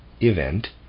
event